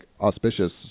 auspicious